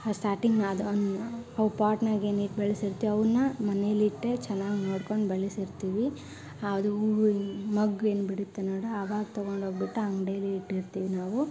ಅದು ಸ್ಟಾರ್ಟಿಂಗ್ ಅದೊಂದು ಅವು ಪಾಟ್ನಾಗ ಏನು ಇಟ್ಟು ಬೆಳ್ಸಿರ್ತೀವಿ ಅವುನ್ನ ಮನೆಯಲ್ಲಿಟ್ಟೆ ಚೆನ್ನಾಗ್ ನೋಡ್ಕೊಂಡು ಬೆಳೆಸಿರ್ತೀವಿ ಅದು ಹೂವಿನ್ ಮೊಗ್ಗು ಏನು ಬಿಡುತ್ತೆ ನೋಡು ಅವಾಗ ತಗೊಂಡೋಗ್ಬಿಟ್ಟು ಅಂಗಡಿಯಲ್ಲಿಟ್ಟಿರ್ತಿವಿ ನಾವು